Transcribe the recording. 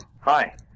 Hi